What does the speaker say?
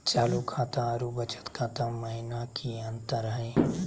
चालू खाता अरू बचत खाता महिना की अंतर हई?